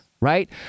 right